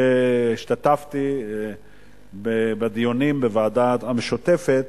והשתתפתי בדיונים של הוועדה המשותפת,